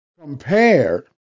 Compared